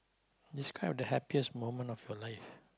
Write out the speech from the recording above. describe the happiest moment of your life